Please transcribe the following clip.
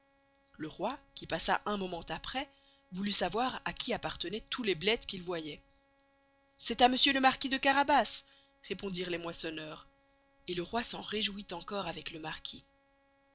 le roy qui passa un moment aprés voulut sçavoir à qui appartenoient tous les blés qu'il voyoit c'est à monsieur le marquis de carabas répondirent les moissonneurs et le roy s'en réjoüit encore avec le marquis